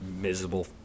miserable